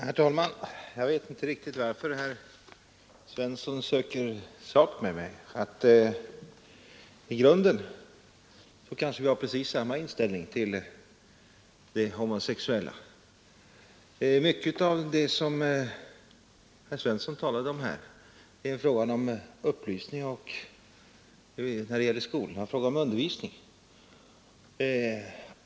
Herr talman! Jag förstår inte riktigt varför herr Svensson i Malmö söker sak med mig. I grunden kanske vi har precis samma inställning till de homosexuella. Mycket av det som herr Svensson talade om här är en fråga om upplysning och, när det gäller skolorna, undervisning.